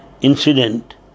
incident